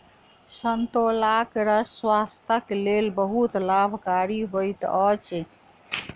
संतोलाक रस स्वास्थ्यक लेल बहुत लाभकारी होइत अछि